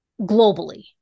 globally